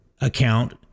account